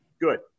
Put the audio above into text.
good